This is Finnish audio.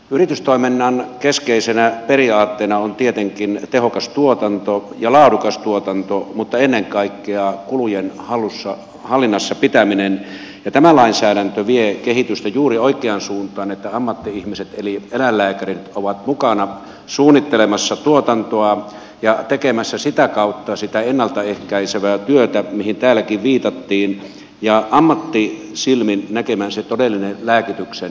yritystoiminnan keskeisenä periaatteena on tietenkin tehokas tuotanto ja laadukas tuotanto mutta ennen kaikkea kulujen hallinnassa pitäminen ja tämä lainsäädäntö vie kehitystä juuri oikeaan suuntaan niin että ammatti ihmiset eli eläinlääkärit ovat mukana suunnittelemassa tuotantoa ja tekemässä sitä kautta sitä ennaltaehkäisevää työtä mihin täälläkin viitattiin ja ammattisilmin näkemässä todellisen lääkityksen tarpeen